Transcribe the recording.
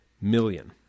million